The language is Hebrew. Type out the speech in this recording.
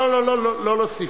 לא, לא, לא להוסיף.